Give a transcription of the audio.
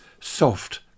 soft